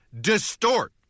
distort